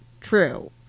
true